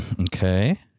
Okay